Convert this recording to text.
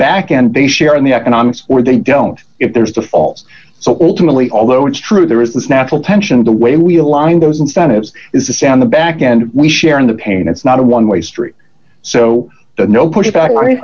back end they share in the economics where they don't if there's false so ultimately although it's true there is this natural tension the way we align those incentives is the sound the back and we share in the pain it's not a one way street so no pushback line